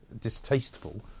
distasteful